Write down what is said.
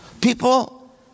People